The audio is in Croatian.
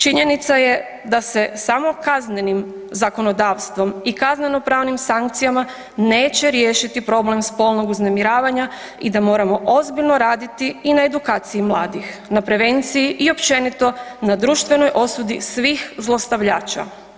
Činjenica je da se samo kaznenim zakonodavstvom i kaznenopravnim sankcijama neće riješiti problem spolnog uznemiravanja i da moramo ozbiljno raditi i na edukaciji mladih, na prevenciji i općenito, na društvenoj osudi svih zlostavljača.